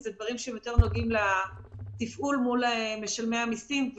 אלה דברים שנוגעים לתפעול מול משלמי המסים,